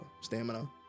stamina